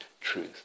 truth